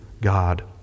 God